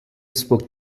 spoke